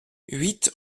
huit